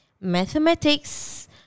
mathematics